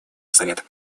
совета